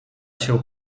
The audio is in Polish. się